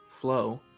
flow